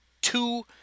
two